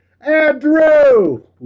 Andrew